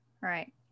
Right